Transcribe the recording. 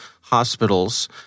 hospitals